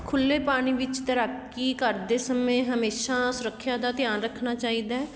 ਖੁੱਲ੍ਹੇ ਪਾਣੀ ਵਿੱਚ ਤੈਰਾਕੀ ਕਰਦੇ ਸਮੇਂ ਹਮੇਸ਼ਾਂ ਸੁਰੱਖਿਆ ਦਾ ਧਿਆਨ ਰੱਖਣਾ ਚਾਹੀਦਾ